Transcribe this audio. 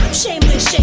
shameless,